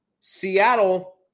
Seattle